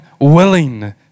willing